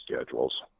schedules